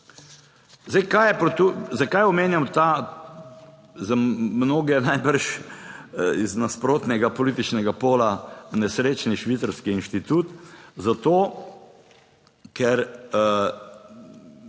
Zdaj, kaj je tu, zakaj omenjam ta, za mnoge najbrž iz nasprotnega političnega pola nesrečni švicarski inštitut. Zato, ker